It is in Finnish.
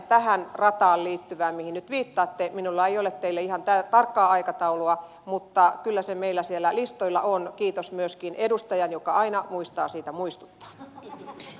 tähän rataan liittyen mihin nyt viittaatte minulla ei ole teille ihan tarkkaa aikataulua mutta kyllä se meillä siellä listoilla on kiitos myöskin edustajan joka aina muistaa siitä muistuttaa